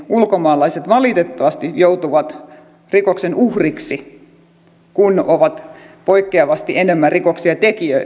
ulkomaalaiset valitettavasti joutuvat nopeammin ja helpommin rikoksen uhriksi eivätkä ole poikkeavasti enemmän rikoksia